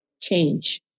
change